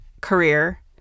career